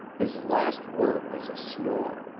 his last word was a snore.